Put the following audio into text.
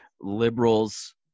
liberals